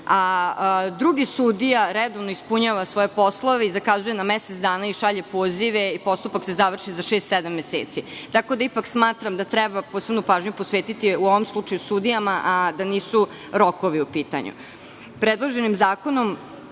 a drugi sudija redovno ispunjava svoje poslove i zakazuje na mesec dana, šalje pozive i postupak se završi za šest, sedam meseci. Tako da smatram da treba posebnu pažnju posvetiti sudijama, a da nisu rokovi u